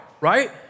right